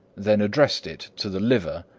then addressed it to the liver,